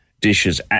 dishes